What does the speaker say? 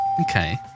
Okay